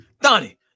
Donnie